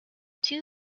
two